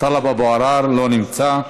לא נמצא,